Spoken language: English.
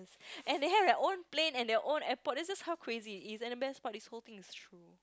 and they have their own plane and their own airport that's just how crazy it is and the best part is whole thing is true